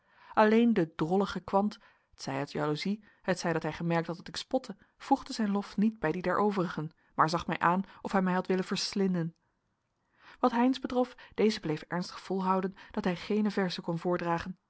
alleen de drollige kwant t zij uit jaloezie t zij dat hij gemerkt had dat ik spotte voegde zijn lof niet bij die der overigen maar zag mij aan of hij mij had willen verslinden wat heynsz betrof deze bleef ernstig volhouden dat hij geene verzen kon voordragen